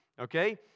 okay